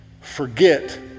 forget